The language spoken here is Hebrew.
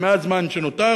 במעט זמן שנותר,